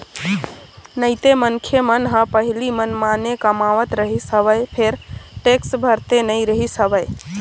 नइते मनखे मन ह पहिली मनमाने कमावत रिहिस हवय फेर टेक्स भरते नइ रिहिस हवय